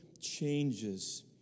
changes